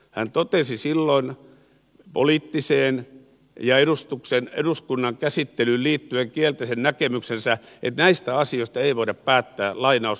hän totesi silloin poliittiseen ja eduskunnan käsittelyyn liittyen kielteisen näkemyksensä että näistä asioista ei voida päättää huutoäänestyksellä